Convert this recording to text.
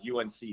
UNC